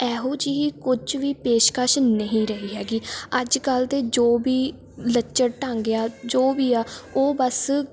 ਇਹੋ ਜਿਹੀ ਕੁਝ ਵੀ ਪੇਸ਼ਕਸ਼ ਨਹੀਂ ਰਹੀ ਹੈਗੀ ਅੱਜ ਕੱਲ੍ਹ ਦੇ ਜੋ ਵੀ ਲੱਚਰ ਢੰਗ ਏ ਆ ਜੋ ਵੀ ਆ ਉਹ ਬਸ